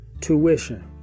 tuition